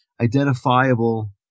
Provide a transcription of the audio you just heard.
identifiable